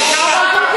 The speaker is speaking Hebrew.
לא.